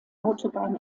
autobahn